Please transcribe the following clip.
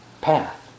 path